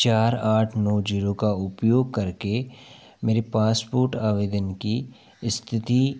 चार आठ नौ जीरो का उपयोग करके मेरे पासपोर्ट आवेदन की स्थिति